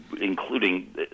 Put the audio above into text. including